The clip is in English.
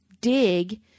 dig